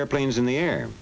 airplanes in the air